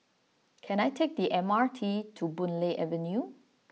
can I take the M R T to Boon Lay Avenue